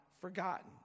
forgotten